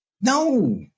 no